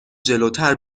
جلوتر